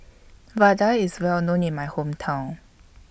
Vadai IS Well known in My Hometown